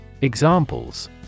Examples